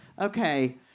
Okay